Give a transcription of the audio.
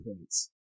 points